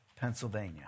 Pennsylvania